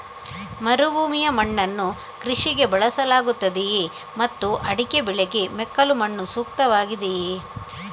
ಮರುಭೂಮಿಯ ಮಣ್ಣನ್ನು ಕೃಷಿಗೆ ಬಳಸಲಾಗುತ್ತದೆಯೇ ಮತ್ತು ಅಡಿಕೆ ಬೆಳೆಗೆ ಮೆಕ್ಕಲು ಮಣ್ಣು ಸೂಕ್ತವಾಗಿದೆಯೇ?